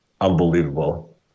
Unbelievable